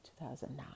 2009